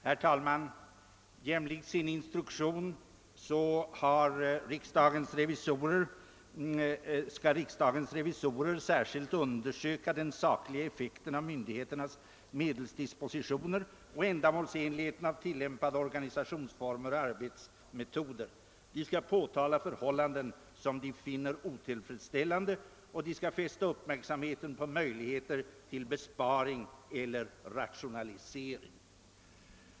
Herr talman! Jämlikt sin instruktion skall riksdagens revisorer särskilt undersöka den sakliga effekten av myndigheternas medelsdispositioner och ändamålsenligheten av tillämpade organisationsformer och arbetsmetoder. De skall påtala förhållanden som de finner otillfredsställande och skall fästa uppmärksamheten på möjligheter till besparing eller rationalisering.